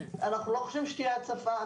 אנחנו לא חושבים שתהיה הצפה.